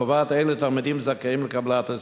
הקובעת אילו תלמידים זכאים לקבלת הסיוע.